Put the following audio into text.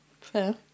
Fair